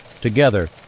Together